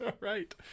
Right